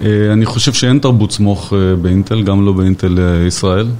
אני חושב שאין תרבות סמוך באינטל, גם לא באינטל ישראל.